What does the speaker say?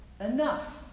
enough